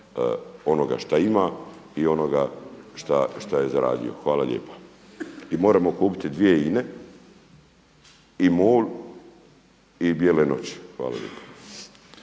onoga što ima i onoga šta je zaradio. Hvala lijepa. I moremo kupiti dvije INA-e i MOL i Bijele noći. Hvala lijepa.